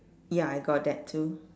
ya I got that too